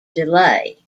delay